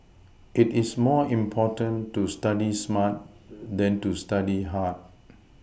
it is more important to study smart than to study hard